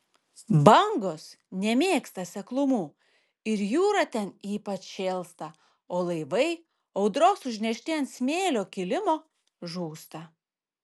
bangos nemėgsta seklumų ir jūra ten ypač šėlsta o laivai audros užnešti ant smėlio kilimo žūsta